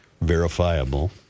verifiable